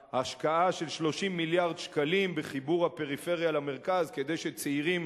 את ההשקעה של 30 מיליארד שקלים בחיבור הפריפריה למרכז כדי שצעירים